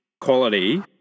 quality